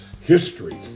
history